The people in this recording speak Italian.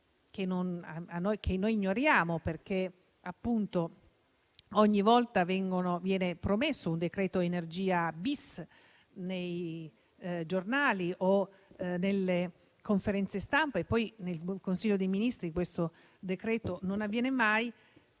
che noi ignoriamo - ogni volta viene promesso un decreto energia-*bis*, sui giornali o nelle conferenze stampa - in Consiglio dei ministri questo decreto non arriva mai.